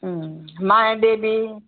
माया देवी